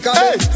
hey